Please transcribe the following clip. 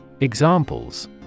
Examples